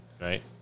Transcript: right